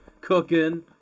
Cooking